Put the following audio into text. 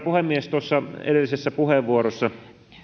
puhemies tuossa edellisessä puheenvuorossa